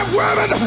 women